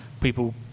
people